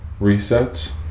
Resets